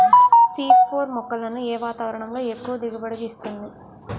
C four మొక్కలను ఏ వాతావరణంలో ఎక్కువ దిగుబడి ఇస్తుంది?